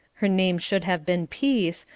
her name should have been peace,